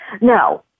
Now